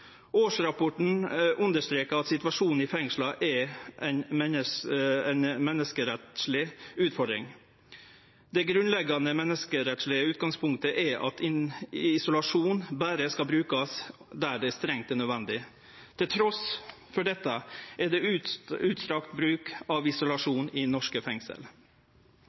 Årsrapporten understrekar at situasjonen i fengsla er ei menneskerettsleg utfordring. Det grunnleggjande menneskerettslege utgangspunktet er at isolasjon berre skal brukast der det er strengt nødvendig. Trass i dette er isolasjon mykje brukt i norske fengsel. Noreg har gjentekne gonger motteke kritikk for bruken av isolasjon